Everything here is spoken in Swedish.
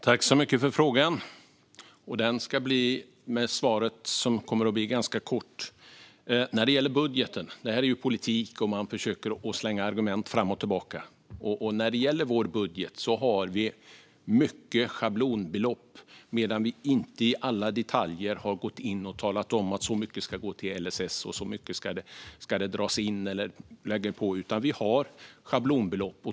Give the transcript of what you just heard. Fru talman! Jag tackar Mikael Dahlqvist för frågan, och mitt svar blir ganska kort. Detta är politik, och då slänger man argument fram och tillbaka. Vad gäller vår budget har vi många schablonbelopp och talar inte om i detalj att si och så mycket ska gå till LSS eller att si och så mycket ska dras in eller läggas på.